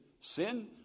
sin